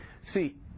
See